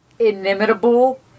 inimitable